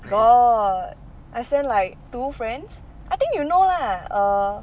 got I send like two friends I think you know lah err